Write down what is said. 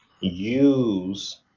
use